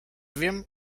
wiem